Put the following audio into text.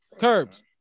Curbs